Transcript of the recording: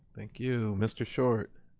thank you, mr. short.